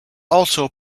also